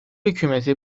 hükümeti